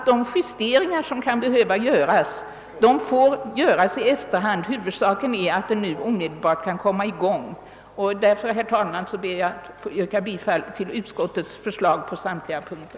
De justeringar som kan behöva göras får ske i efterhand. Huvudsaken är att verksamheten omedelbart kan komma i gång. Därför, herr talman, ber jag att få yrka bifall till utskottets förslag på samtliga punkter.